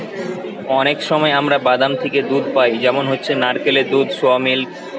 অনেক সময় আমরা বাদাম থিকে দুধ পাই যেমন হচ্ছে নারকেলের দুধ, সোয়া মিল্ক